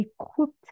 equipped